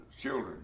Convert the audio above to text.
children